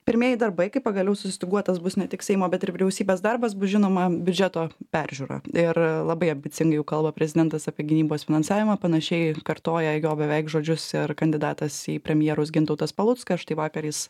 pirmieji darbai kaip pagaliau sustyguotas bus ne tik seimo bet ir vyriausybės darbas bus žinoma biudžeto peržiūra ir labai ambicingai jau kalba prezidentas apie gynybos finansavimą panašiai kartoja jo beveik žodžius ir kandidatas į premjerus gintautas paluckas štai vakar jis